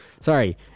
sorry